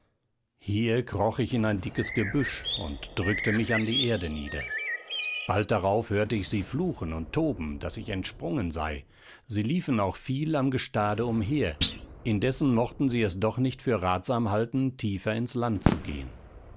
hier kroch ich in ein dickes gebüsch und drückte mich an die erde nieder bald darauf hörte ich sie fluchen und toben daß ich entsprungen sei sie liefen auch viel am gestade umher indessen mochten sie es doch nicht für ratsam halten tiefer ins land zu gehen